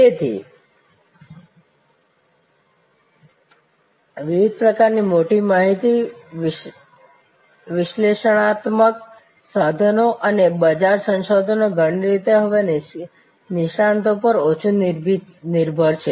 તેથી વિવિધ પ્રકારની મોટી માહિતી વિશ્લેષણાત્મક સાધનો સાથે બજાર સંશોધન ઘણી રીતે હવે નિષ્ણાતો પર ઓછુ નિર્ભર છે